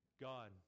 God